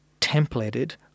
templated